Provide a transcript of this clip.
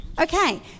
Okay